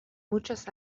muchas